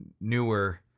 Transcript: newer